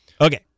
Okay